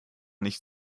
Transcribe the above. nicht